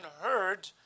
heard